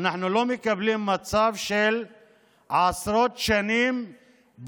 אנחנו לא מקבלים מצב של עשרות שנים של